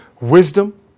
wisdom